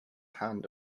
hand